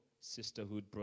sisterhood